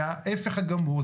זה ההיפך הגמור.